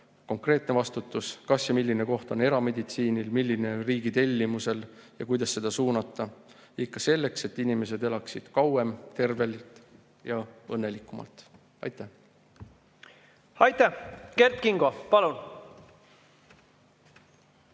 konkreetne vastutus, kas ja milline koht on erameditsiinil, milline riigi tellimusel ja kuidas seda suunata – ikka selleks, et inimesed elaksid kauem, tervelt ja õnnelikumalt. Aitäh! Aitäh! Kert Kingo, palun!